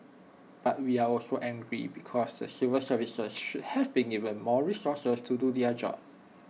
but we are also angry because the secret services should have been give more resources to do their job